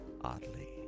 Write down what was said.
oddly